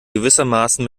gewissermaßen